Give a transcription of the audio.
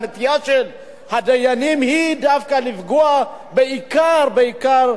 הנטייה של הדיינים היא דווקא לפגוע בעיקר בעיקר,